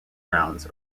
rounds